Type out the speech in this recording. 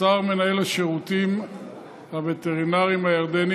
מסר מנהל השירותים הווטרינריים הירדני